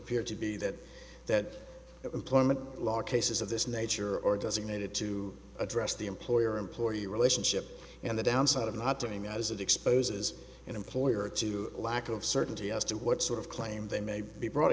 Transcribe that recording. appear to be that that of climate law cases of this nature or does it needed to address the employer employee relationship and the downside of not doing as it exposes an employer to a lack of certainty as to what sort of claim they may be brought